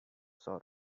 sort